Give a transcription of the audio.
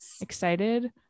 excited